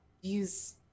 use